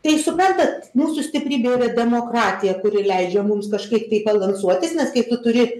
tai suprantat mūsų stiprybė yra demokratija kuri leidžia mums kažkaip tai balansuotis nes kai tu turi